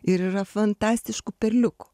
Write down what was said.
ir yra fantastiškų perliukų